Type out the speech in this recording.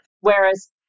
Whereas